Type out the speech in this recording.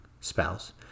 spouse